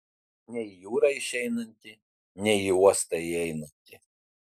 nei į jūrą išeinantį nei į uostą įeinantį